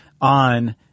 on